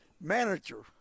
manager